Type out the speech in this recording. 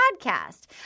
podcast